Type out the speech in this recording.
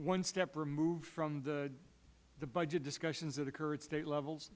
one step removed from the budget discussions that occur at state levels